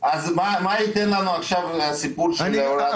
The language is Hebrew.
מה ייתן לנו הסיפור של הוראת השעה?